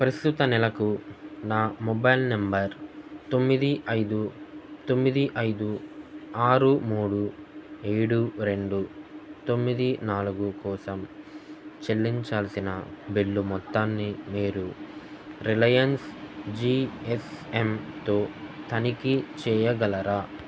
ప్రస్తుత నెలకు నా మొబైల్ నెంబర్ తొమ్మిది ఐదు తొమ్మిది ఐదు ఆరు మూడు ఏడు రెండు తొమ్మిది నాలుగు కోసం చెల్లించాల్సిన బిల్లు మొత్తాన్ని మీరు రిలయన్స్ జీ ఎస్ ఎమ్తో తనిఖీ చేయగలరా